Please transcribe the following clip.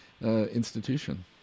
institution